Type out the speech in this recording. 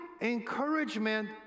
encouragement